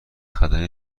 خدمه